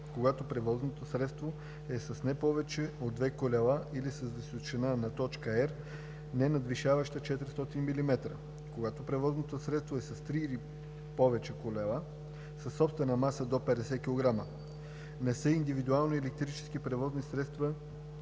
когато превозното средство е с не повече от две колела или с височина на точка R, ненадвишаваща 400 мм, когато превозното средство е с три или повече колела, със собствена маса до 50 кг. Не са индивидуални електрически превозни средства